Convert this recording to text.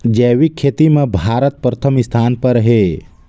जैविक खेती म भारत प्रथम स्थान पर हे